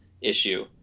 issue